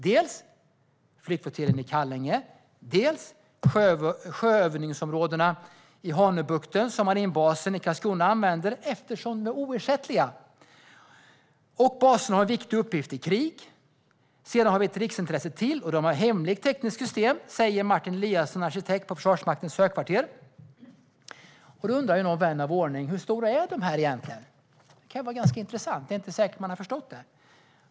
Dels flygflottiljen i Kallinge, dels sjöövningsområdena i Hanöbukten som marinbasen i Karlskrona använder, eftersom de är oersättliga. Och baserna har viktiga uppgifter i krig. Sedan har vi ett riksintresse till och det är hemliga tekniska system, säger Martin Eliasson, arkitekt på Försvarsmaktens högkvarter." Då undrar vän av ordning hur stora dessa vindkraftverk egentligen är. Det kan vara ganska intressant, och det är inte säkert att man har förstått det.